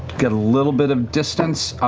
get a little bit of distance,